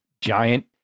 giant